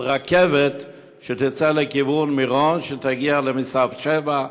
על רכבת שתצא לכיוון מירון שתגיע לצומת שבע,